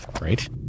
Right